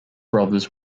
brothers